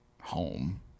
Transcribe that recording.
home